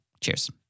Cheers